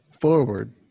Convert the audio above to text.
forward